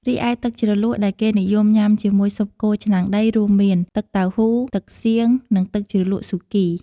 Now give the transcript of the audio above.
រីឯទឹកជ្រលក់ដែលគេនិយមញុំាជាមួយស៊ុបគោឆ្នាំងដីរួមមាន ទឹកតៅហ៊ូ ទឹកសៀង និងទឹកជ្រលក់ស៊ូគី។